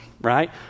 right